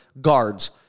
guards